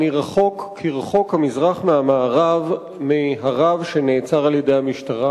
אני רחוק כרחוק המזרח מהמערב מהרב שנעצר על-ידי המשטרה,